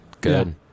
good